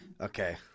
Okay